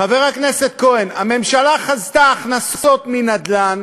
חבר הכנסת כהן, הממשלה חזתה הכנסות מנדל"ן,